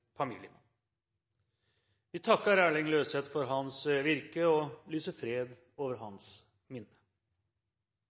Vi takker Erling Løseth for hans virke og lyser fred over